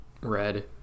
red